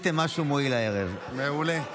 מעולה.